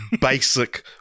basic